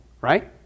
right